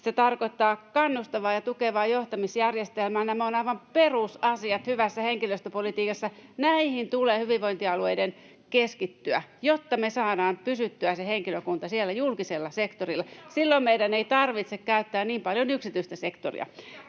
Se tarkoittaa kannustavaa ja tukevaa johtamisjärjestelmää. Nämä ovat aivan perusasioita hyvässä henkilöstöpolitiikassa. Näihin tulee hyvinvointialueiden keskittyä, jotta me saamme pysymään sen henkilökunnan siellä julkisella sektorilla. [Annika Saarikko: Mikä on rokotekanta?] Silloin meidän ei tarvitse käyttää niin paljon yksityistä sektoria.